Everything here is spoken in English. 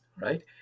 Right